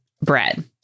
bread